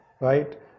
Right